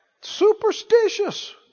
Superstitious